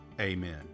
Amen